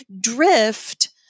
Drift